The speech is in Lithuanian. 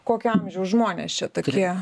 kokio amžiaus žmonės čia tokie